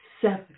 Seven